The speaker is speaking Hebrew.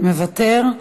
מוותר,